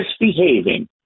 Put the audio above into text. misbehaving